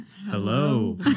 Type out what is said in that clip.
Hello